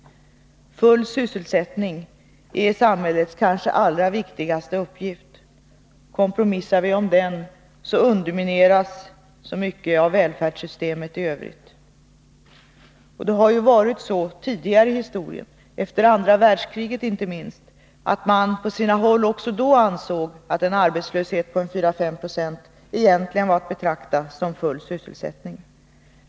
Full sysselsättning är samhällets kanske allra viktigaste uppgift. Kompromissar vi om den undermineras så mycket av välfärdssystemet i övrigt. Det har varit så tidigare i historien, inte minst efter andra världskriget, att man på sina håll ansåg att en arbetslöshet på 4-5 96 egentligen var att betrakta som full sysselsättning.